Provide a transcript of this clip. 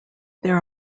there